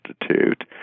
Institute